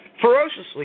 Ferociously